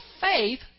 faith